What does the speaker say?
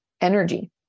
energy